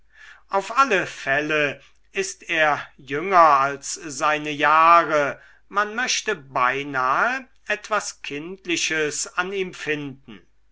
auf alle fälle ist er jünger als seine jahre man möchte beinahe etwas kindliches an ihm finden